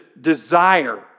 desire